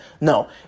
No